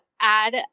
add